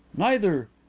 neither.